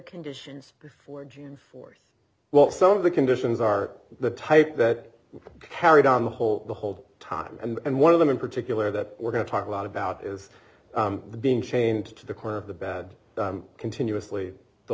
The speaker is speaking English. conditions before june fourth well some of the conditions are the type that we carried on the whole the whole time and one of them in particular that we're going to talk a lot about is being chained to the corner of the bad continuously the